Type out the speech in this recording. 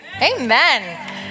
Amen